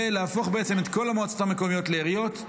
זה להפוך בעצם את כל המועצות המקומיות לעיריות.